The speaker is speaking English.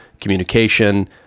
communication